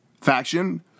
faction